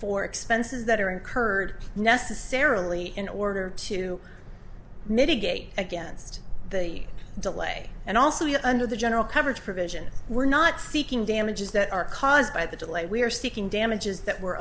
for expenses that are incurred necessarily in order to mitigate against the delay and also be under the general coverage provision we're not seeking damages that are caused by the delay we are seeking damages that were